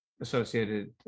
Associated